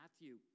matthew